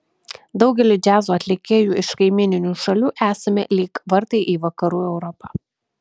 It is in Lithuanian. daugeliui džiazo atlikėjų iš kaimyninių šalių esame lyg vartai į vakarų europą